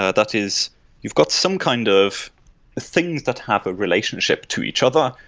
ah that is you've got some kind of things that have a relationship to each other,